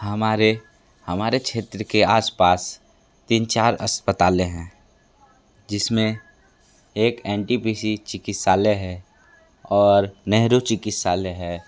हमारे हमारे क्षेत्र के आसपास तीन चार अस्पताले हैं जिसमें एक एन टी पी सी चिकित्सालय है और नेहरू चिकित्सालय है